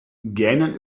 gähnen